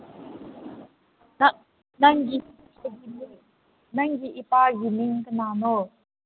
ꯅꯪꯒꯤ ꯅꯪꯒꯤ ꯏꯄꯥꯒꯤ ꯃꯤꯡ ꯀꯅꯥꯅꯣ